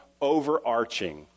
overarching